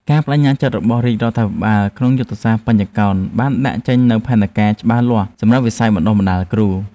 ការប្តេជ្ញាចិត្តរបស់រាជរដ្ឋាភិបាលក្នុងយុទ្ធសាស្ត្របញ្ចកោណបានដាក់ចេញនូវផែនការច្បាស់លាស់សម្រាប់វិស័យបណ្តុះបណ្តាលគ្រូ។